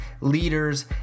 leaders